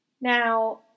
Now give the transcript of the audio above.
Now